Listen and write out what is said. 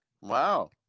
Wow